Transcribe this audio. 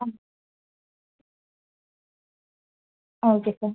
മ് okay sir